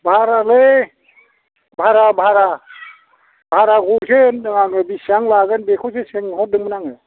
भारा लै भारा भारा गंसे होनदों आङो बेसेबां लागोन बेखौसो सोंहरदोंमोन आङो